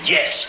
Yes